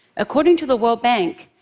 according to the world bank,